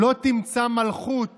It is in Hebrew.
לא תמצא מלכות